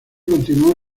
continuó